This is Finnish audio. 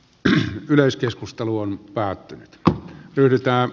tähän yleiskeskustelu on päättynyt pyritään